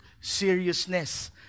seriousness